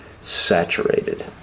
saturated